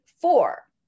four